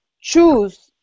choose